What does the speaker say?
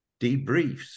debriefs